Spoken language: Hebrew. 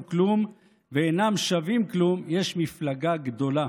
כלום ואינם שווים כלום יש מפלגה גדולה.